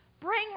Bring